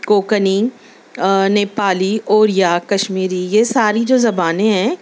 Cockney Nepali Oriya Kashmiri یہ ساری جو زبانیں ہیں